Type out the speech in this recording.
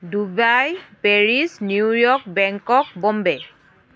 Dubai Paris New York Bangkok Bombay